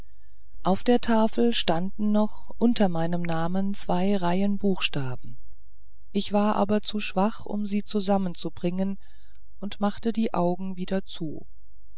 auf der tafel standen noch unter meinem namen zwei reihen buchstaben ich war aber zu schwach um sie zusammen zu bringen ich machte die augen wieder zu